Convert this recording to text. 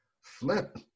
Flip